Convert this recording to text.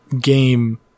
game